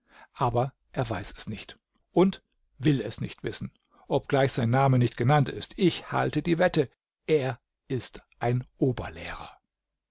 aber er weiß es nicht und will es nicht wissen obgleich sein name nicht genannt ist ich halte die wette er ist ein oberlehrer